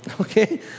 Okay